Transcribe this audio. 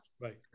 Right